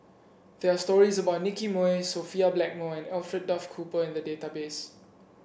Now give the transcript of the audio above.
there are stories about Nicky Moey Sophia Blackmore and Alfred Duff Cooper in the database